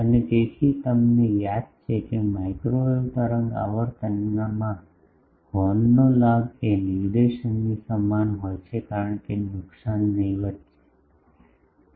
અને તેથી તમને યાદ છે કે માઇક્રોવેવ તરંગ આવર્તનમાં હોર્નનો લાભ એ નિર્દેશનની સમાન હોય છે કારણ કે નુકસાન નહિવત્ છે